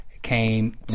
came